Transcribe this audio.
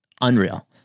Unreal